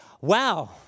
Wow